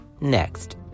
next